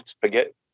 Forget